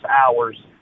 hours